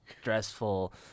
stressful